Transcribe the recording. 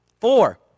Four